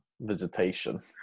visitation